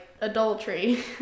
adultery